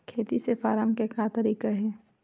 खेती से फारम के का तरीका हे?